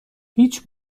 هیچ